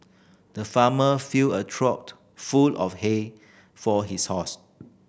the farmer filled a full of hay for his horse